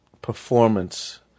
performance